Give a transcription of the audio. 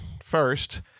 First